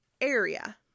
area